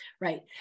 right